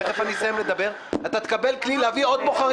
תכף אני אסיים לדבר ואתה תקבל כלי להביא עוד בוחרים.